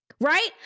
right